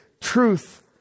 truth